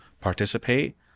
participate